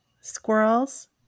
squirrels